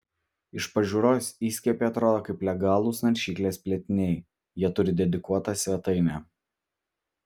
iš pažiūros įskiepiai atrodo kaip legalūs naršyklės plėtiniai jie turi dedikuotą svetainę